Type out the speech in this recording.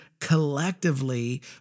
Collectively